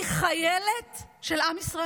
אני חיילת של עם ישראל.